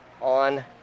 on